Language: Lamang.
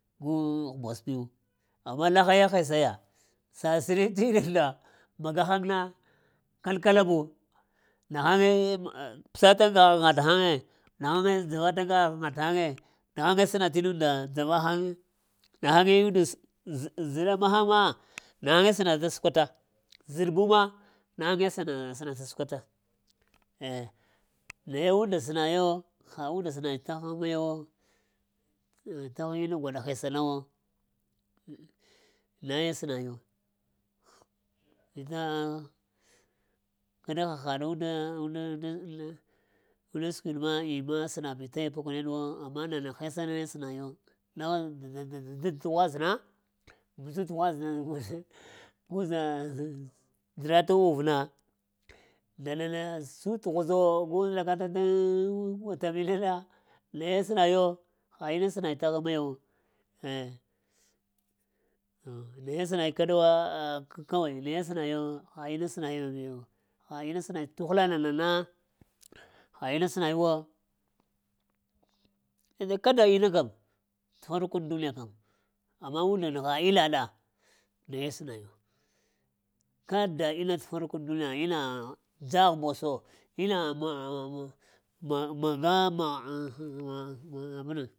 Aŋ ghumbos miyo, amma lahaya hes-ya səsani tinin-nda magahəŋ na kal-kala bu nahaŋe pəsara aŋga ghaya tahaŋae nahaŋe səna tinun nda dzava hən nahaŋe unda sə zə-zəɗa mahaŋ ma nahaye sənanta səkwara zəɗ-buma nahaŋe səna-sənata səkwata eh naye unda sənayo ha umda sənay təghən mayawo təghŋ gwaɗa hesa nawo naye senayi inna kaɗa hahad unda unda səkwiɗ ma imma səna bi taya pəkuneɗwo, amma nana hesa ne sənayo tughwazna vita tughwaz drat'uvna nana sut ghuzo gu lagata daŋ kwatami na na naye sənayo ha inna sənayi to ghaŋ mayawo eh naye sənayi kaɗawa kawai naye sənayo ha inna sənayi, ha inna sənayi tuhula nana na, ha inna sənayiwo inna-kada inna kam tə faruk aŋ duniya kəm, amma unnda nəgha illa ɗa naye sənayo, kada inna tə faruk aŋ duniya inna dza ghumboso, inna ma-maga,